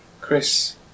Chris